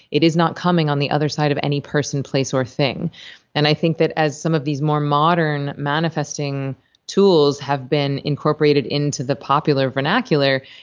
it is not coming on the other side of any person, place, or thing and i think that as some of these more modern manifesting tools have been incorporated into the popular vernacular,